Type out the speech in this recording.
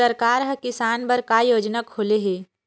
सरकार ह किसान बर का योजना खोले हे?